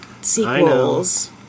sequels